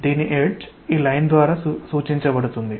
దీని ఎడ్జ్ ఈ లైన్ ద్వారా సూచించబడుతుంది